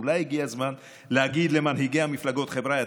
אולי הגיע הזמן להגיד למנהיגי המפלגות: חבריא,